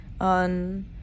on